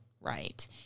right